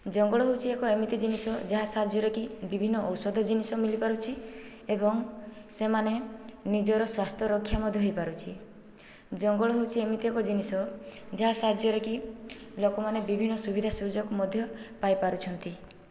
ଜଙ୍ଗଲ ହେଉଛି ଏକ ଏମିତି ଜିନିଷ ଯାହା ସାହାଯ୍ୟରେକି ବିଭିନ୍ନ ଔଷଧ ଜିନିଷ ମିଳିପାରୁଛି ଏବଂ ସେମାନେ ନିଜର ସ୍ୱାସ୍ଥ୍ୟ ରକ୍ଷା ମଧ୍ୟ ହୋଇ ପାରୁଛି ଜଙ୍ଗଲ ହେଉଛି ଏମିତି ଏକ ଜିନିଷ ଯାହା ସାହାଯ୍ୟରେ କି ଲୋକମାନେ ବିଭିନ୍ନ ସୁବିଧା ସୁଯୋଗ ମଧ୍ୟ ପାଇପାରୁଛନ୍ତି